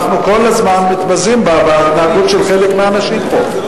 אנחנו כל הזמן מתבזים מההתנהגות של חלק מהאנשים פה.